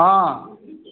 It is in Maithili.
हँ